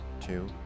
Two